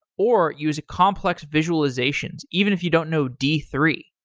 or use complex visualizations even if you don't know d three.